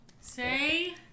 say